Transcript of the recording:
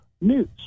news